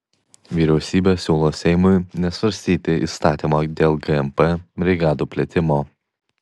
vyriausybė siūlo seimui nesvarstyti įstatymo dėl gmp brigadų plėtimo